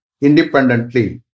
Independently